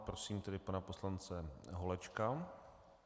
Prosím tedy pana poslance Holečka.